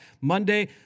Monday